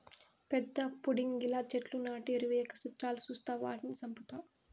పెద్ద పుడింగిలా చెట్లు నాటి ఎరువెయ్యక సిత్రాలు సూస్తావ్ వాటిని సంపుతావ్